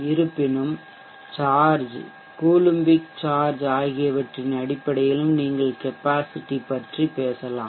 இருப்பினும் charge coulombic charge ஆகியவற்றின் அடிப்படையிலும் நீங்கள் கெப்பாசிட்டிதிறனைப் பற்றி பேசலாம்